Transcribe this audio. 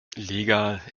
legal